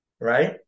Right